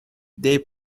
they